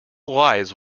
lies